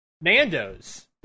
Nando's